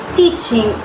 teaching